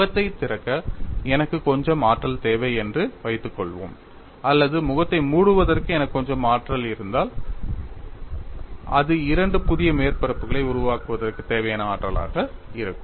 முகத்தைத் திறக்க எனக்கு கொஞ்சம் ஆற்றல் தேவை என்று வைத்துக்கொள்வோம் அல்லது முகத்தை மூடுவதற்கு எனக்கு கொஞ்சம் ஆற்றல் இருந்தால் அது இரண்டு புதிய மேற்பரப்புகளை உருவாக்குவதற்குத் தேவையான ஆற்றலாக இருக்கும்